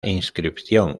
inscripción